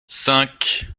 cinq